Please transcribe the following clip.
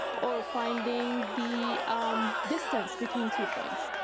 or finding the um distance between two points.